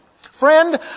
Friend